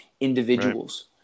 individuals